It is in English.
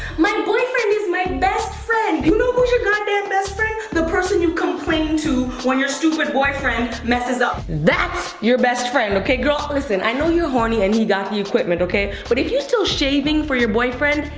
my boyfriend is my best friend. you know who's your goddamn best friend? the person you complain to when your stupid boyfriend messes up. that's your best friend, okay? girl, listen, i know you're horny and he got the equipment, okay, but if you still shaving for your boyfriend,